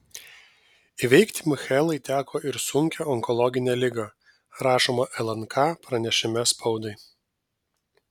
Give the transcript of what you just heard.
įveikti michaelai teko ir sunkią onkologinę ligą rašoma lnk pranešime spaudai